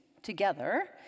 together